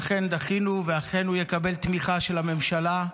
ואכן דחינו, ואכן הוא יקבל תמיכה של הממשלה.